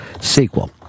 sequel